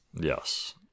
Yes